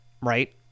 right